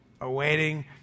awaiting